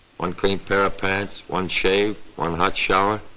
one clean pair of pants, one shave, one hot shower,